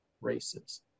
races